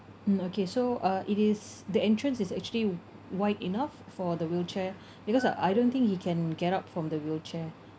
mm okay so uh it is the entrance is actually wide enough for the wheelchair because uh I don't think he can get up from the wheelchair